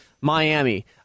Miami